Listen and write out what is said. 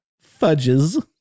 fudges